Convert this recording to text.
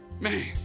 Man